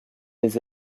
les